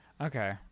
Okay